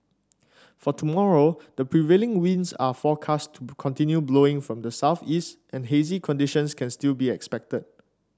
for tomorrow the prevailing winds are forecast to continue blowing from the southeast and hazy conditions can still be expected